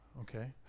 Okay